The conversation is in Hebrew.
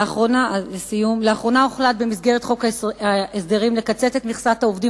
לאחרונה הוחלט במסגרת חוק ההסדרים לקצץ את מכסת העובדים